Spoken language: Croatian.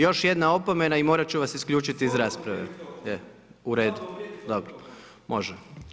Još jedna opomena i morat ću vas isključiti iz rasprave. … [[Upadica se ne razumije.]] Uredu, dobro, može.